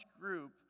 group